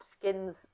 Skins